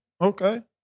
Okay